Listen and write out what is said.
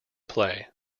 play